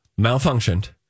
Malfunctioned